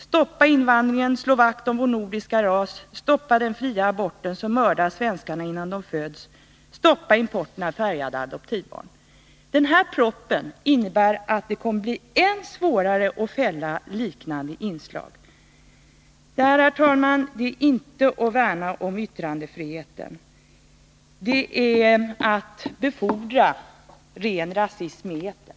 Stoppa invandringen — slå vakt om vår nordiska ras, stoppa den fria aborten, som mördar svenskarna innan de föds, stoppa importen av färgade adoptivbarn.” Den nya propositionen innebär att det kommer att bli ännu svårare att fälla liknande inslag. Det är inte att värna om yttrandefriheten — det är att befordra ren rasism i etern.